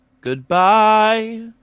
Goodbye